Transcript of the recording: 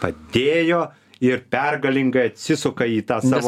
padėjo ir pergalingai atsisuka į tą savo